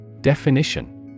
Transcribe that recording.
Definition